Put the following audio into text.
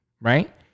right